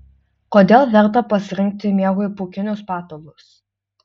kodėl verta pasirinkti miegui pūkinius patalus